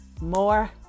more